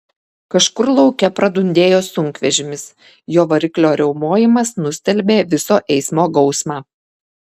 kažkur lauke pradundėjo sunkvežimis jo variklio riaumojimas nustelbė viso eismo gausmą